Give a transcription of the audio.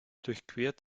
durchquert